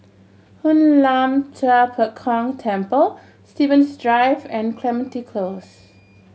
Hoon Lam Tua Pek Kong Temple Stevens Drive and Clementi Close